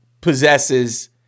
possesses